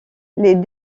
les